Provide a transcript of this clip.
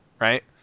Right